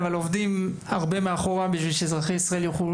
אבל עובדים הרבה מאחורה בשביל שאזרחי ישראל יוכלו